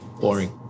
Boring